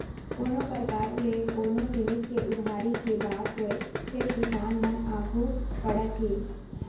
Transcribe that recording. कोनों परकार ले कोनो जिनिस के उधारी के बात होय फेर किसान मन आघू बढ़त हे